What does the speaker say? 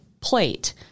plate